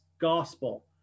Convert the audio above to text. gospel